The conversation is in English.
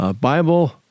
Bible